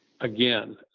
again